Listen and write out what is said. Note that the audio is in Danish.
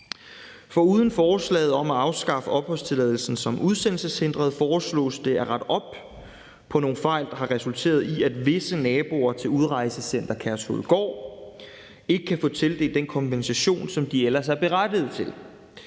Foruden forslaget om at afskaffe opholdstilladelser som udsendelseshindret foreslås det at rette op på nogle fejl, der har resulteret i, at visse naboer til Udrejsecenter Kærshovedgård ikke kan få tildelt den kompensation, som de ellers er berettiget til.